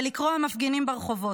בלקרוע מפגינים ברחובות.